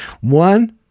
One